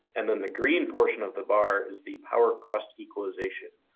and then the green portion of the bar is the power cost equalization,